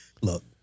Look